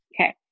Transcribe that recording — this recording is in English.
Okay